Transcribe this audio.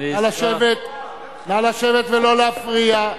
נא לשבת ולא להפריע.